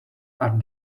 are